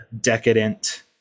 decadent